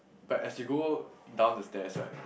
but as you go down the stairs right